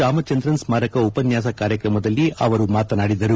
ರಾಮಚಂದ್ರನ್ ಸ್ಮಾರಕ ಉಪನ್ಯಾಸ ಕಾರ್ಯಕ್ರಮದಲ್ಲಿ ಅವರು ಮಾತನಾದಿದರು